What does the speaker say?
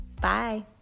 bye